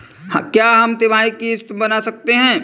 क्या हम तिमाही की किस्त बना सकते हैं?